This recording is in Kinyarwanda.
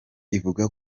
ivuga